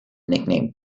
nickname